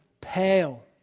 Pale